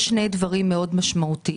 יש שני דברים מאוד משמעותיים.